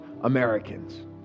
Americans